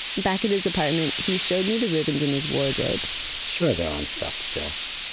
back in his apartment, he showed me the ribbons in his wardrobe sure, they're on stuff still.